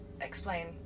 explain